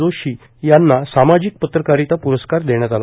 जोशी यांना सामाजिक पत्रकारिता प्रसकार देण्यात आला